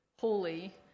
holy